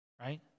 Right